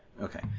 Okay